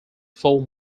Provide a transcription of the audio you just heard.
four